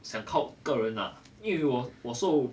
想靠个人啊因为我受